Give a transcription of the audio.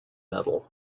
medal